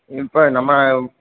இப்போ நம்ம